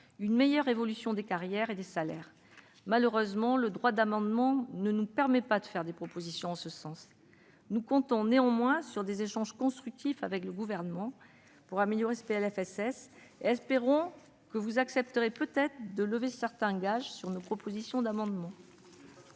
qu'une meilleure évolution des carrières et des salaires. Malheureusement, le droit d'amendement ne nous permet pas de faire des propositions en ce sens. Nous comptons néanmoins sur des échanges constructifs avec le Gouvernement pour améliorer ce PLFSS, et nous espérons, messieurs les ministres, que vous accepterez de lever certains gages sur nos propositions d'amendements